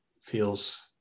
feels